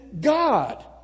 God